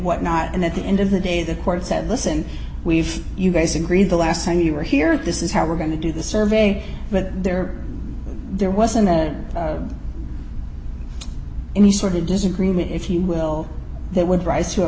what not and at the end of the day the court said listen we've you guys agree the last time you were here this is how we're going to do the survey but there there wasn't any sort of disagreement if you will they would rise